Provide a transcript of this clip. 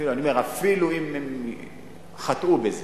אני אומר, אפילו אם הם חטאו בזה.